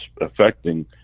affecting